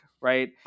Right